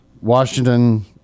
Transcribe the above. Washington